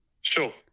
Sure